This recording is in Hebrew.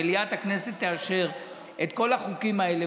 אם מליאת הכנסת תאשר את כל החוקים האלה,